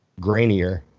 grainier